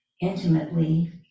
intimately